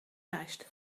lijst